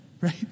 right